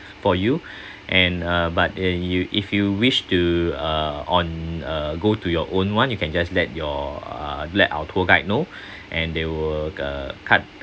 for you and uh but uh if you if you wish to uh on uh go to your own one you can just let your uh let our tour guide know and they will uh cut